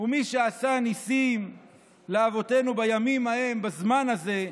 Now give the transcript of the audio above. ומי שעשה ניסים לאבותינו בימים ההם, בזמן הזה,